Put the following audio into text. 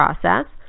process